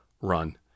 run